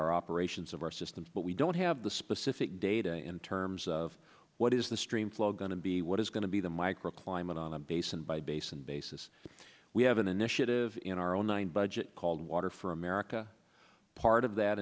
our operations of our system but we don't have the specific data in terms of what is the stream flow going to be what is going to be the microclimate on the basin by basin basis we have an initiative in our own budget called water for america part of that